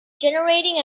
generating